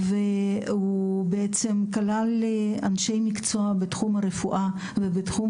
הוא בעצם כלל אנשי מקצוע בתחום הרפואה ובתחום